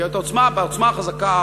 כי בעוצמה החזקה,